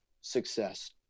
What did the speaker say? success